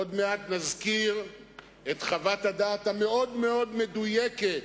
עוד מעט נזכיר את חוות הדעת המאוד-מאוד מדויקת